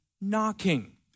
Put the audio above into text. knocking